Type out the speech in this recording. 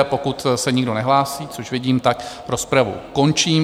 Pokud se nikdo nehlásí, což vidím, rozpravu končím.